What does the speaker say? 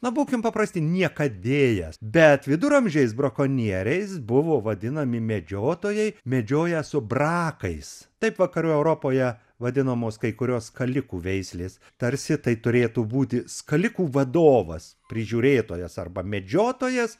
na būkim paprasti niekadėjas bet viduramžiais brakonieriais buvo vadinami medžiotojai medžioję su brakais taip vakarų europoje vadinamos kai kurios skalikų veislės tarsi tai turėtų būti skalikų vadovas prižiūrėtojas arba medžiotojas